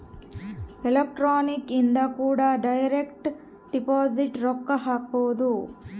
electronic ಇಂದ ಕೂಡ direct deposit ರೊಕ್ಕ ಹಾಕ್ಬೊದು